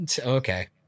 okay